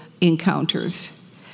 encounters